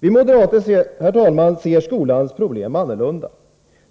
Vi moderater, herr talman, ser skolans problem annorlunda.